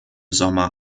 sommer